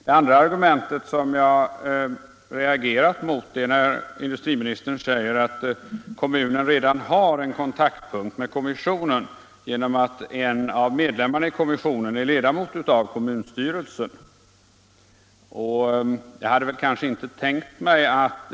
Det andra jag reagerar mot är att industriministern säger att kommunen redan har en kontaktpunkt med kommissionen genom att en av medlemmarna i kommissionen är ledamot av bl.a. kommunstyrelsen.